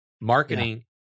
Marketing